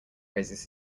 raises